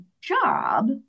job